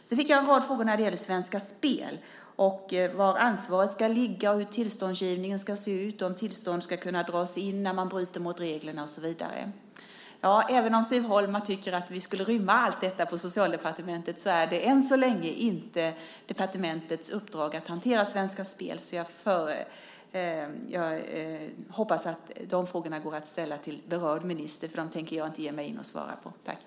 Sedan fick jag en rad frågor om Svenska Spel, var ansvaret ska ligga, hur tillståndsgivningen ska se ut, om tillstånd ska kunna dras in när man bryter mot reglerna och så vidare. Även om Siv Holma tycker att allt detta skulle rymmas på Socialdepartementet, är det än så länge inte departementets uppdrag att hantera Svenska Spel. Jag hoppas att de frågorna går att ställa till berörd minister, för jag tänker inte ge mig in på att svara på dem.